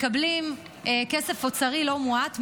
מקבלים כסף אוצרי לא מועט,